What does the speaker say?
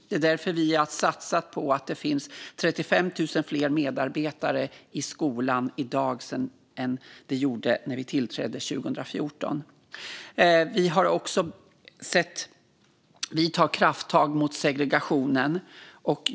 Det är därför vi har gjort en satsning så att det finns 35 000 fler medarbetare i skolan i dag än när vi tillträdde 2014. Vi har också gjort krafttag mot segregationen.